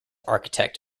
architect